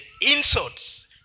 insults